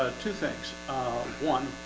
two things one,